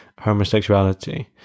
homosexuality